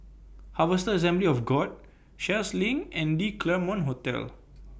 Harvester Assembly of God Sheares LINK and The Claremont Hotel